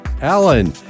Alan